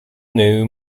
new